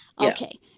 Okay